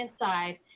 inside